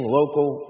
local